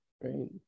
right